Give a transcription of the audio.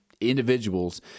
individuals